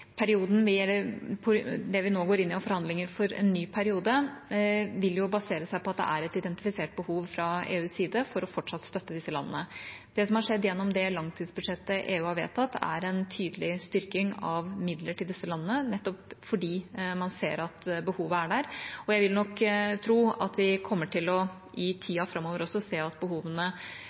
et identifisert behov fra EUs side for fortsatt å støtte disse landene. Det som har skjedd gjennom det langtidsbudsjettet EU har vedtatt, er en tydelig styrking av midler til disse landene, nettopp fordi man ser at behovet er der. Jeg vil nok tro at vi i tida framover også kommer til å se at behovene